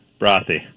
Brothy